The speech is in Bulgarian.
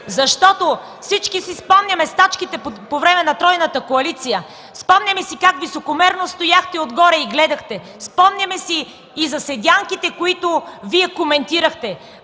ДПС.) Всички си спомняме стачките по време на тройната коалиция, как високомерно стояхте отгоре и гледахте. Спомняме си и за седенките, които Вие коментирахте.